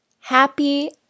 happy